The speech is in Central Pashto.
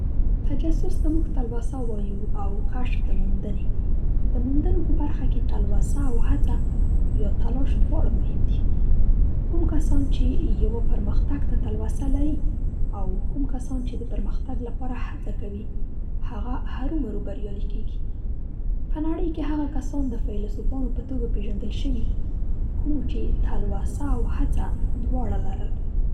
تجسس ته موږ تلوسه وایو او کشف ته موندنې. د موندنو په برخه کې تلوسه او هڅه یا تلاش دواړه مهم دي. کوم کسان چې یوه پرمختګ ته تلوسه لري او کوم کسان چې د پرمختګ لپاره هڅه کوي هغه هرو مرو بریالي کېږي. په نړۍ هغه کسان د فیلسوفانو په توګه پېژندل شوي، کومو چې تلوسه او هڅه دواړه لرل.